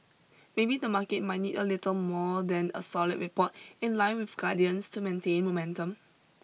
maybe the market might need a little more than a solid report in line with guidance to maintain momentum